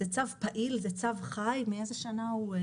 זה צו פעיל וחי מ-1960.